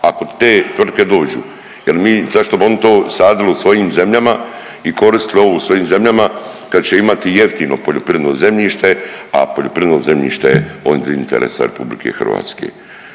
ako te tvrtke dođu jer mi, zašto bi oni to sadili u svojim zemljama i koristili ovo u svojim zemljama kad će imati jeftino poljoprivredno zemljište, a poljoprivredno zemljište od interesa RH.